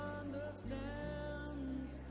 understands